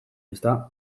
ezta